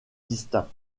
distincts